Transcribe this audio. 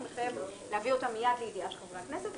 הוא מחייב להביא אותה מיד לידיעת חברי הכנסת.